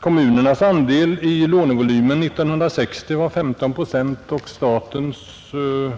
Kommunernas andel i lånevolymen var 15 procent 1960